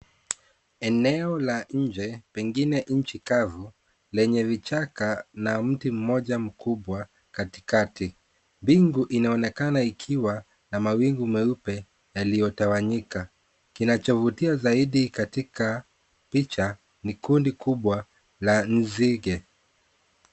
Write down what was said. Eneo la nje pengine nchi kavu, lenye vichaka na mti mmoja kubwa katikati, bingu inaonekana ikiwa na mawingu mweupe yalioliotawanyika, kinachovutia zaidi katika picha ni kundi kubwa la nzige.